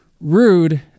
rude